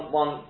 one